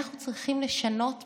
אנחנו צריכים לשנות פרדיגמה.